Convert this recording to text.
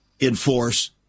Enforce